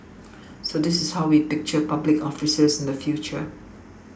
so this is how we picture public officers in the future